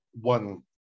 one